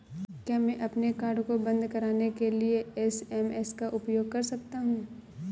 क्या मैं अपने कार्ड को बंद कराने के लिए एस.एम.एस का उपयोग कर सकता हूँ?